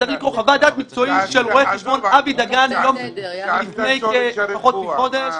צריך לקרוא חוות דעת מקצועית של רואי חשבון אבי דגן לפני פחות מחודש.